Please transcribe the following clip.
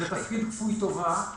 זה תפקיד כפוי טובה,